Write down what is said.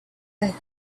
better